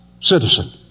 citizen